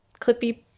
clippy